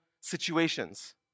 situations